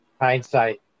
Hindsight